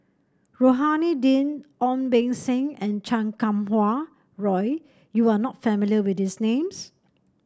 Rohani Din Ong Beng Seng and Chan Kum Wah Roy you are not familiar with these names